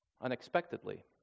unexpectedly